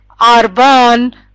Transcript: Arban